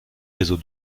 réseau